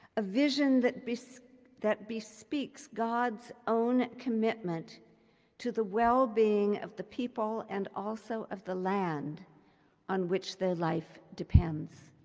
a vision that bespeaks that bespeaks god's own commitment to the wellbeing of the people and also of the land on which their life depends.